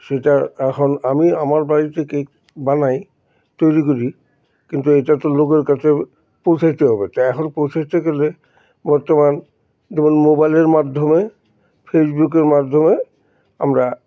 সেটা এখন আমি আমার বাড়িতে কেক বানাই তৈরি করি কিন্তু এটা তো লোকের কাছে পৌঁছাতে হবে তাই এখন পৌঁচাতে গেলে বর্তমান যেমন মোবাইলের মাধ্যমে ফেসবুকের মাধ্যমে আমরা